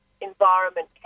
environment